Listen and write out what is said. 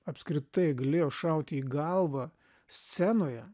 apskritai galėjo šauti į galvą scenoje